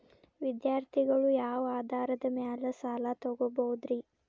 ವಿದ್ಯಾರ್ಥಿಗಳು ಯಾವ ಆಧಾರದ ಮ್ಯಾಲ ಸಾಲ ತಗೋಬೋದ್ರಿ?